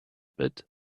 bit